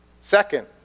Second